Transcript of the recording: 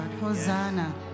Hosanna